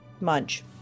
munch